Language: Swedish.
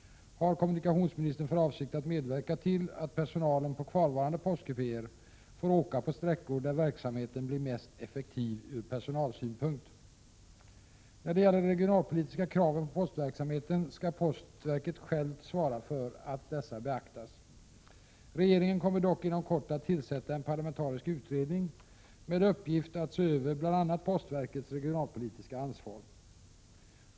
Har kommunikationsministern för avsikt att medverka till att personalen på kvarvarande postkupéer får åka på sträckor där verksamheten blir mest effektiv ur personalsynpunkt? När det gäller de regionalpolitiska kraven på postverksamheten skall postverket självt svara för att dessa beaktas. Regeringen kommer dock inom kort att tillsätta en parlamentarisk utredning med uppgift att se över bl.a. postverkets regionalpolitiska ansvar.